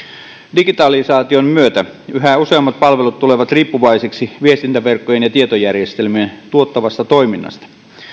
digitalisaation myötä yhä useammat palvelut tulevat riippuvaisiksi viestintäverkkojen ja tietojärjestelmien tuottavasta toiminnasta